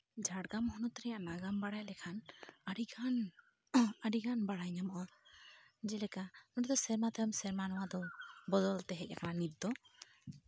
ᱡᱷᱟᱲᱜᱨᱟᱢ ᱦᱚᱱᱚᱛ ᱨᱮᱭᱟᱜ ᱱᱟᱜᱟᱢ ᱵᱟᱲᱟᱭ ᱞᱮᱠᱷᱟᱱ ᱟᱹᱰᱤᱜᱟᱱ ᱟᱹᱰᱚᱜᱟᱱ ᱵᱟᱲᱟᱭ ᱧᱟᱢᱚᱜᱼᱟ ᱡᱮᱞᱮᱠᱟ ᱱᱚᱛᱮ ᱫᱚ ᱥᱮᱨᱢᱟ ᱛᱟᱭᱚᱢ ᱥᱮᱨᱢᱟ ᱱᱚᱣᱟ ᱫᱚ ᱵᱚᱫᱚᱞ ᱛᱮ ᱦᱮᱡ ᱠᱟᱱᱟ ᱱᱤᱛ ᱫᱚ